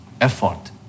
effort